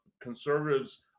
conservatives